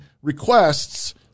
Requests